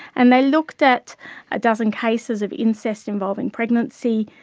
and they looked at a dozen cases of incest involving pregnancy,